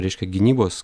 reiškia gynybos